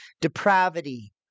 depravity